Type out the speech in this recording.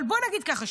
אבל בוא נגיד ככה,